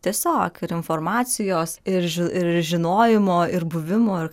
tiesiog ir informacijos ir ži žinojimo ir buvimo